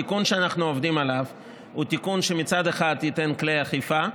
התיקון שאנחנו עובדים עליו הוא תיקון שמצד אחד ייתן כלי אכיפה,